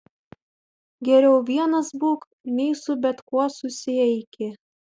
geriau vienas būk nei su bet kuo susieiki